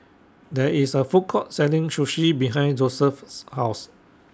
There IS A Food Court Selling Sushi behind Joesph's House